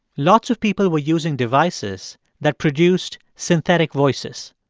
lots of people were using devices that produced synthetic voices.